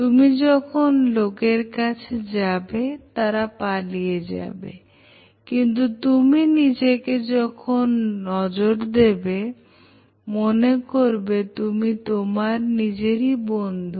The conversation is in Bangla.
তুমি যখন লোকের কাছে যাবে তারা পালিয়ে যাবে কিন্তু তুমি নিজেকে যখন নজর দেবে মনে করবে তুমি তোমার নিজেরই বন্ধু